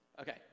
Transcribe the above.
okay